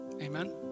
Amen